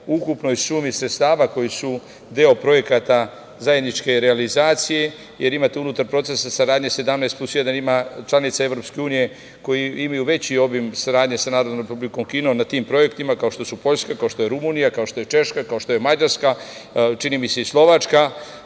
ukupnoj sumi sredstava koja je deo projekata zajedničke realizacije, jer imate unutar procesa saradnje „17 plus 1“ ima članica Evropske unije koje imaju veći obim saradnje sa Narodnom Republikom Kinom na tim projektima, kao što su Poljska, kao što je Rumunija, kao što je Češka, kao što je Mađarska, čini mi se i Slovačka. Znači,